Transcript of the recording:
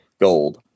gold